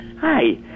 Hi